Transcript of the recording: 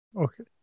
Okay